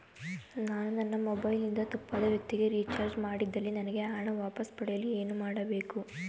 ನಾನು ನನ್ನ ಮೊಬೈಲ್ ಇಂದ ತಪ್ಪಾದ ವ್ಯಕ್ತಿಗೆ ರಿಚಾರ್ಜ್ ಮಾಡಿದಲ್ಲಿ ನನಗೆ ಆ ಹಣ ವಾಪಸ್ ಪಡೆಯಲು ಏನು ಮಾಡಬೇಕು?